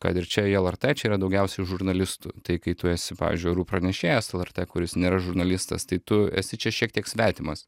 kad ir čia į elertė čia yra daugiausiai žurnalistų tai kai tu esi pavyzdžiui orų pranešėjas elertė kuris nėra žurnalistas tai tu esi čia šiek tiek svetimas